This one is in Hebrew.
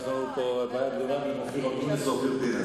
יש לנו בעיה גדולה אם אני אופיר אקוניס או אופיר פינס,